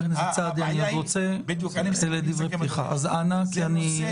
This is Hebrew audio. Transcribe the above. אדוני, זה נושא